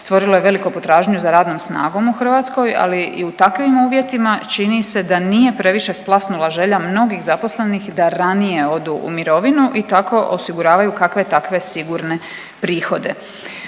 stvorilo je veliku potražnju za radnom snagom u Hrvatskoj, ali i u takvim uvjetima čini se da nije previše splasnula želja mnogih zaposlenih da ranije odu u mirovinu i tako osiguravaju kakve takve sigurne prihode.